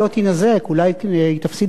אולי היא תפסיד כמה קנסות,